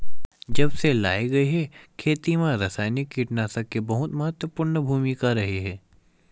जब से लाए गए हे, खेती मा रासायनिक कीटनाशक के बहुत महत्वपूर्ण भूमिका रहे हे